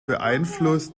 beeinflusst